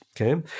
Okay